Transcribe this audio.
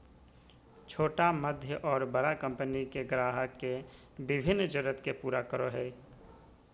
छोटा मध्य और बड़ा कंपनि के ग्राहक के विभिन्न जरूरत के पूरा करय हइ